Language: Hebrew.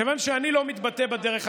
כיוון שאני לא מתבטא בדרך הזאת,